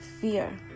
fear